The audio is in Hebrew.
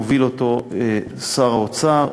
מוביל אותו שר האוצר,